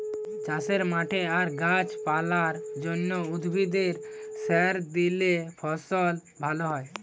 চাষের মাঠে আর গাছ পালার জন্যে, উদ্ভিদে সার দিলে ফসল ভ্যালা হয়